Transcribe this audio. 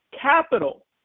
capital